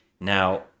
Now